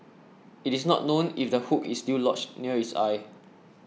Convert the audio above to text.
it is not known if the hook is still lodged near its eye